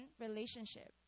relationship